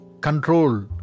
control